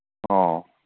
ꯑꯣ